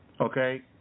Okay